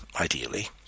ideally